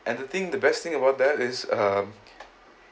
and the thing the best thing about that is um